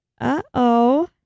uh-oh